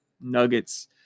nuggets